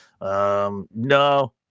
no